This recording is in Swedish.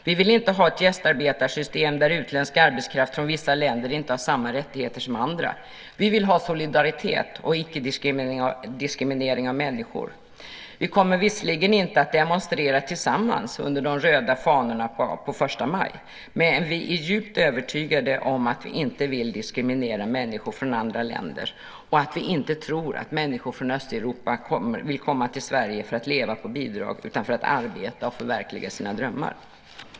Vi vill inte ha ett gästarbetarsystem där utländsk arbetskraft från vissa länder inte har samma rättigheter som andra. Vi vill ha solidaritet och icke-diskriminering av människor. Vi kommer visserligen inte att demonstrera tillsammans under de röda fanorna den 1 maj, men vi är djupt övertygade om att vi inte vill diskriminera människor från andra länder, och vi tror inte att människor från Östeuropa vill komma till Sverige för att leva på bidrag utan för att arbeta och förverkliga sina drömmar.